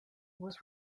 was